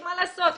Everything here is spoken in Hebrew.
מה לעשות,